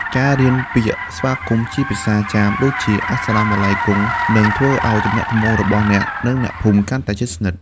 ការរៀនពាក្យស្វាគមន៍ជាភាសាចាម ដូចជា "Assalamu Alaikum" នឹងធ្វើឱ្យទំនាក់ទំនងរបស់អ្នក និងអ្នកភូមិកាន់តែជិតស្និទ្ធ។